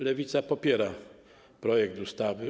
Lewica popiera projekt ustawy.